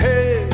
Hey